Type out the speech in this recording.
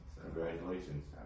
Congratulations